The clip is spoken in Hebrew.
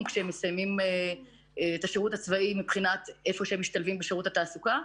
כשהם מסיימים את השירות הצבאי מבחינת ההשתלבות בשוק התעסוקה,